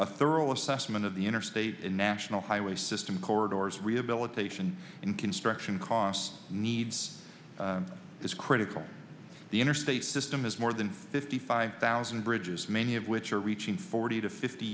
a thorough assessment of the interstate national highway system corridors rehabilitation and construction costs needs is critical the interstate system has more than fifty five thousand bridges many of which are reaching forty to fifty